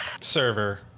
server